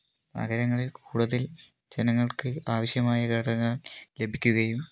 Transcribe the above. നഗരങ്ങളിൽ കൂടുതൽ ജനങ്ങൾക്ക് ആവശ്യമായ ഘടകം ലഭിക്കുകയും